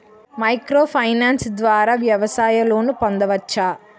Micro finance ద్వారా వ్యవసాయ loan పొందవచ్చా?